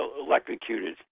electrocuted